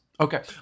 Okay